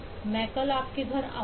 मैं कल आपके घर जाऊंगा